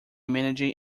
managing